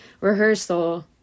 Rehearsal